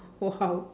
!wow!